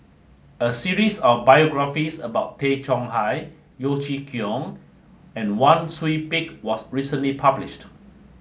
a series of biographies about Tay Chong Hai Yeo Chee Kiong and Wang Sui Pick was recently published